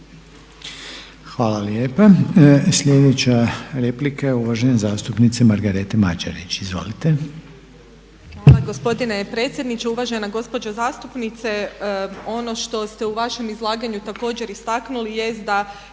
Hvala lijepa. Sljedeća replika je uvažene zastupnice Margarete Mađerić. Izvolite. **Mađerić, Margareta (HDZ)** Gospodine predsjedniče. Uvažena gospođo zastupnice, ono što ste u vašem izlaganju također istaknuli jest da